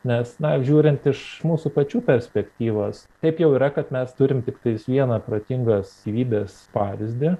nes na žiūrint iš mūsų pačių perspektyvos taip jau yra kad mes turim tiktai vieną protingos gyvybės pavyzdį